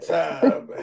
time